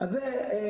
אז זה להגיד,